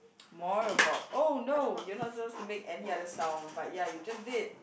more about oh no you are not suppose to make any other sound but ya you just did